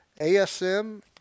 ASM